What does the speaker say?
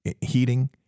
heating